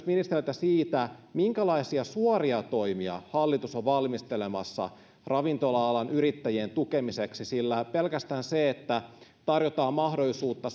ministeriltä myös siitä minkälaisia suoria toimia hallitus on valmistelemassa ravintola alan yrittäjien tukemiseksi sillä pelkästään se että tarjotaan mahdollisuutta